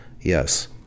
yes